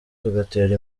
tugatera